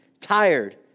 tired